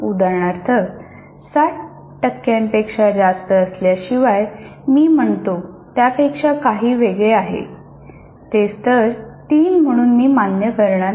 उदाहरणार्थ 60 पेक्षा जास्त असल्याशिवाय मी म्हणतो त्यापेक्षा काही वेगळे आहे ते स्तर 3 म्हणून मी मान्य करणार नाही